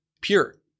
pure